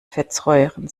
fettsäuren